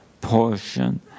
portion